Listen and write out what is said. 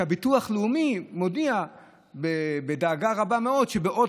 הביטוח הלאומי מודיע בדאגה רבה מאוד שבעוד